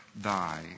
die